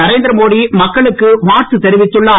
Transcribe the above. நரேந்திரமோடி மக்களுக்கு வாழ்த்து தெரிவித்துள்ளார்